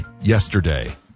yesterday